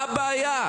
מה הבעיה?